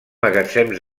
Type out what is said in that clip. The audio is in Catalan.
magatzem